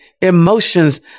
emotions